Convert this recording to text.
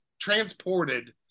transported